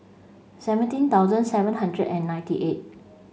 seventeen thousand seven hundred and ninety eight